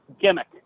Gimmick